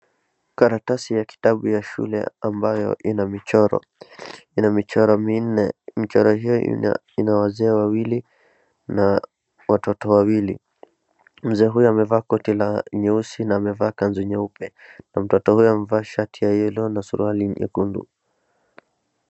Karatasi ya kitabu ya shule ambayo ina michoro, ina michoro minne michoro hiyo ina wazee wawili na watoto wawili mzee huyo amevaa koti la nyeusi na amevaa kanzu nyeupe na mtoto huyo amevaa shati ya yellow na suruali nyekundu